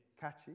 Catchy